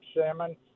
salmon